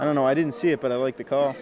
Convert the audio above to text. i don't know i didn't see it but i like the ca